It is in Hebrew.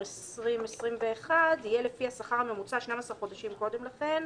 2021 יהיה לפי השכר הממוצע 12 חודשים קודם לכן.